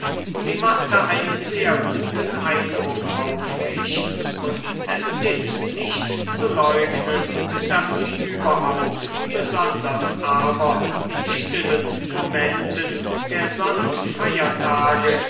sie machte einen sehr guten eindruck auf mich und es ist nicht zu leugnen daß sie überhaupt besonders aber in stillen momenten der sonn und feiertage